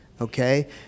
okay